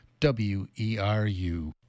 WERU